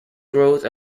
growth